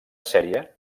sèrie